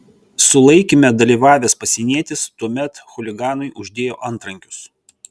sulaikyme dalyvavęs pasienietis tuomet chuliganui uždėjo antrankius